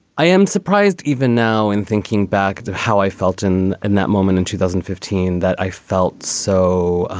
i am surprised even now in thinking back to how i felt in and that moment in two thousand and fifteen that i felt so